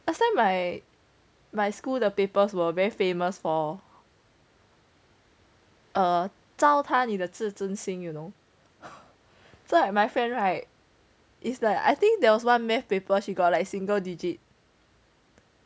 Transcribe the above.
last time my my school the papers were very famous for a 糟蹋你的自尊 you know so like my friend right it's like I think there was onE math paper she got like single digit